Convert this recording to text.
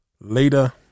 later